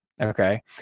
Okay